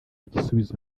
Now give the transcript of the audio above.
gisubizo